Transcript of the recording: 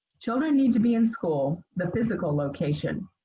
children need to be in school, the physical location,